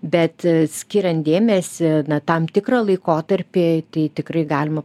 bet skiriant dėmesį tam tikrą laikotarpį tai tikrai galima